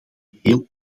geheel